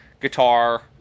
guitar